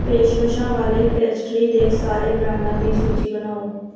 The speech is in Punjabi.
ਪੇਸ਼ਕਸ਼ਾਂ ਵਾਲੇ ਪੇਸਟਰੀ ਦੇ ਸਾਰੇ ਬ੍ਰਾਂਡਾਂ ਦੀ ਸੂਚੀ ਬਣਾਓ